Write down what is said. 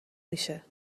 میشه